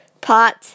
Pot